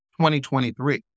2023